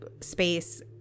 space